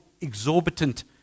exorbitant